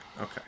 okay